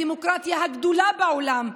הדמוקרטיה הגדולה בעולם,